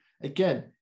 Again